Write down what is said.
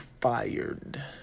fired